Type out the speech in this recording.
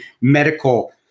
medical